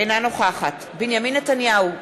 אינה נוכחת בנימין נתניהו,